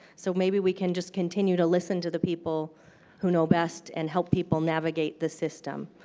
so maybe we can just continue to listen to the people who know best and help people navigate the system.